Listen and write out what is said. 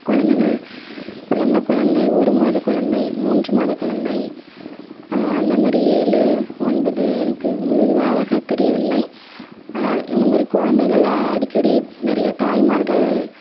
குழந்தைங்கள் பிறந்த குழந்தை ஒரு மாத குழந்தை மூன்று மாத குழந்தை அந்த மாதிரி ஏழு ஒன்பது எனக்கு முழுவதுமாக தெரியவில்லை ஆனால் இந்த மாதிரி குழந்தைகள் அடிக்கடி நிறைய தாய்மார்கள்